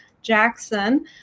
Jackson